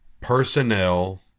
personnel